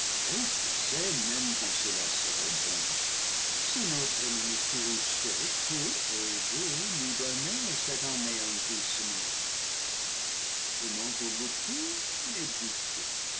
sait même quand cela serait bon si notre ennemi courroucé peut et veut nous donner cet anéantissement comment il le peut